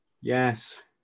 Yes